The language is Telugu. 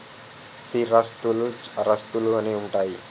స్థిరాస్తులు చరాస్తులు అని ఉంటాయి